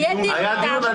יהיה דיון.